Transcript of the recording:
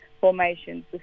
formations